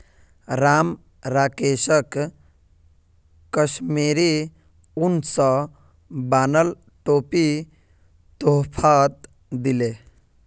राम राकेशक कश्मीरी उन स बनाल टोपी तोहफात दीले